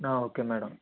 okay madam